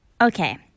Okay